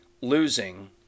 losing